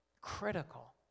Critical